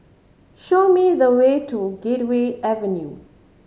show me the way to Gateway Avenue